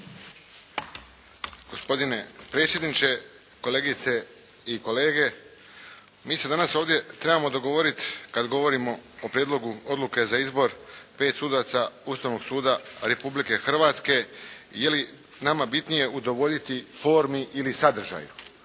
Gospodine predsjedniče, kolegice i kolege. Mi se danas ovdje trebamo dogovoriti kada govorimo o prijedlogu odluke za izbor pet sudaca Ustavnog suda Republike Hrvatske, je li nama bitnije udovoljiti formi ili sadržaju.